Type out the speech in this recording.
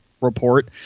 report